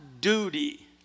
duty